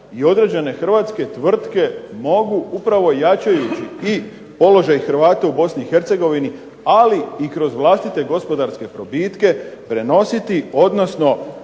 i određene hrvatske tvrtke mogu upravo jačajući i položaj Hrvata u Bosni i Hercegovini ali i kroz vlastite gospodarske probitke prenositi odnosno